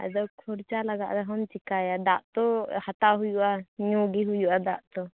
ᱟᱫᱚ ᱠᱷᱚᱨᱪᱟ ᱞᱟᱜᱟᱜ ᱨᱮᱦᱚᱢ ᱪᱤᱠᱟᱹᱭᱟ ᱫᱟᱜ ᱛᱚ ᱦᱟᱛᱟᱣ ᱦᱩᱭᱩᱜᱼᱟ ᱧᱩᱼᱜᱤ ᱦᱩᱭᱩᱜᱼᱟ ᱫᱟᱜ ᱛᱚ